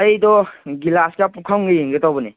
ꯑꯩꯗꯣ ꯒꯤꯂꯥꯁꯀ ꯄꯨꯈꯝꯒ ꯌꯦꯡꯒꯦ ꯇꯧꯕꯅꯦ